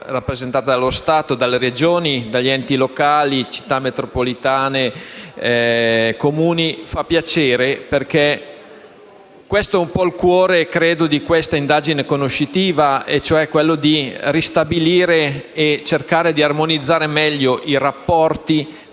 rappresentata dallo Stato, dalle Regioni e dagli enti locali (Città metropolitane e Comuni) fa piacere, perché questo è un po' il cuore di questa indagine conoscitiva, cioè quello di ristabilire e cercare di armonizzare meglio i rapporti